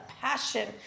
passion